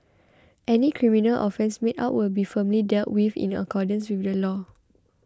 any criminal offence made out will be firmly dealt with in accordance with the law